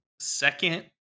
second